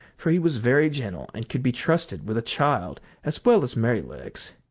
for he was very gentle and could be trusted with a child as well as merrylegs.